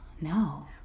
No